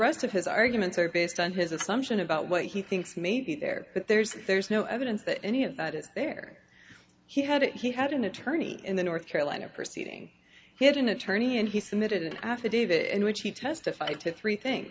rest of his arguments are based on his assumption about what he thinks may be there but there's there's no evidence that any of that is there he had it he had an attorney in the north carolina proceeding he had an attorney and he submitted an affidavit in which he testified to three thing